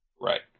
Right